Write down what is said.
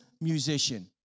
musician